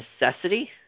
necessity